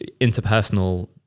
interpersonal